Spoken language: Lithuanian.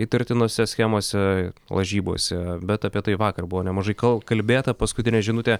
įtartinose schemose lažybose bet apie tai vakar buvo nemažai kau kalbėta paskutinė žinutė